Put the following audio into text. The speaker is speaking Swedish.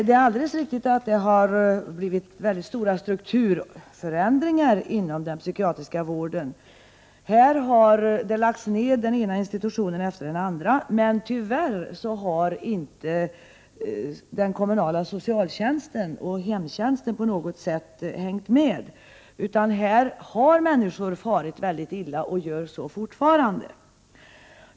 Det är helt riktigt att mycket stora strukturförändringar har skett inom den psykiatriska vården. Den ena institutionen efter den andra har lagts ned, men den kommunala socialtjänsten och hemtjänsten har tyvärr inte hängt med, utan människor har farit illa och gör så fortfarande.